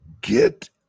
get